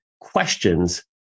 questions